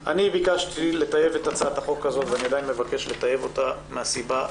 ביקשתי לטייב את הצעת החוק הזאת ואני עדיין מבקש לטייב אותה מהסיבה,